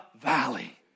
valley